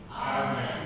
Amen